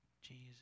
Jesus